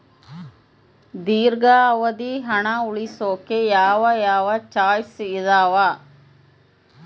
ದೇರ್ಘಾವಧಿ ಹಣ ಉಳಿಸೋಕೆ ಯಾವ ಯಾವ ಚಾಯ್ಸ್ ಇದಾವ?